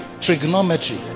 trigonometry